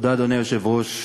אדוני היושב-ראש,